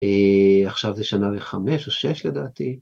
‫עכשיו זה שנה וחמש או שש לדעתי.